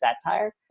satire